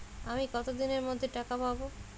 আমি কতদিনের মধ্যে টাকা পাবো?